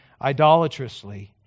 idolatrously